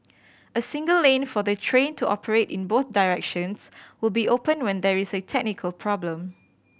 a single lane for the train to operate in both directions will be open when there is a technical problem